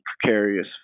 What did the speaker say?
precarious